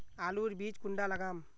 आलूर बीज कुंडा लगाम?